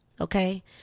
okay